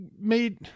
made